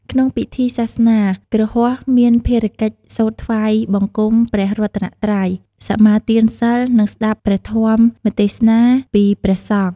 ក្នុងពិធីសាសនា គ្រហស្ថមានភារកិច្ចសូត្រថ្វាយបង្គំព្រះរតនត្រ័យ សមាទានសីល និងស្តាប់ព្រះធម្មទេសនាពីព្រះសង្ឃ។